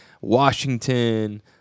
Washington